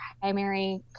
primary